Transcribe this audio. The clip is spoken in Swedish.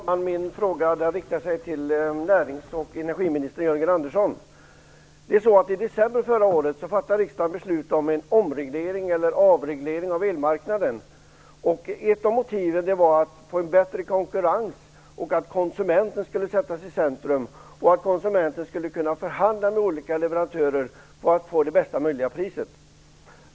Herr talman! Jag vill rikta min fråga till näringsoch energiminister Jörgen Andersson. I december förra året fattade ju riksdagen beslut om en avreglering av elmarknaden. Ett av motiven var att få bättre konkurrens och att konsumenten skulle sättas i centrum. Vidare skulle konsumenten kunna förhandla med olika leverantörer för att få bästa möjliga pris.